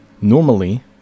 Normally